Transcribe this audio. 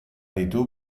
ditu